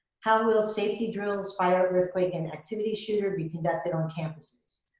how and will safety drills, fire, earthquake, and activity shooter be conducted on campuses?